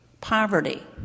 poverty